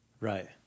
right